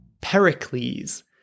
Pericles